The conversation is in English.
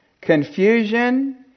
confusion